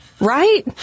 Right